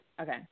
Okay